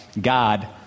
God